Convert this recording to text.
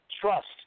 Trust